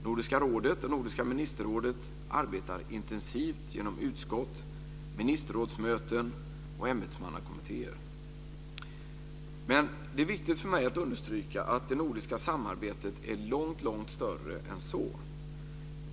Nordiska rådet och Nordiska ministerrådet arbetar intensivt genom utskott, ministerrådsmöten och ämbetsmannakommittéer. Men det är viktigt för mig att understryka att det nordiska samarbetet är långt större än så.